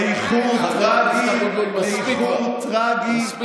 וגרמו לאיחור טרגי, מספיק.